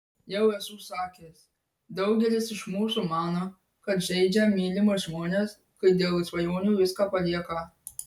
jau esu sakęs daugelis iš mūsų mano kad žeidžia mylimus žmones kai dėl svajonių viską palieka